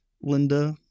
Linda